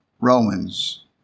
Romans